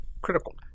critical